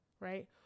right